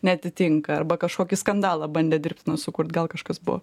neatitinka arba kažkokį skandalą bandė dirbtiną sukurt gal kažkas buvo